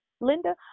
Linda